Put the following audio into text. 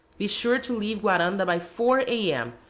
be sure to leave guaranda by four a m,